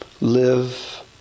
live